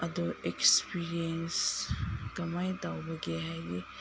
ꯑꯗꯨ ꯑꯦꯛꯁꯄꯤꯔꯤꯌꯦꯟꯁ ꯀꯃꯥꯏꯅ ꯇꯧꯕꯒꯦ ꯍꯥꯏꯗꯤ